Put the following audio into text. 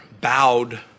bowed